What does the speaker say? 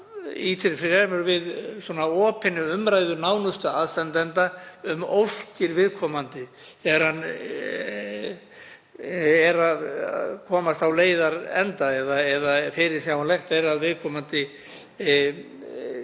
fremur við opinni umræðu nánustu aðstandenda um óskir viðkomandi þegar hann er að komast á leiðarenda, eða þegar fyrirsjáanlegt er að viðkomandi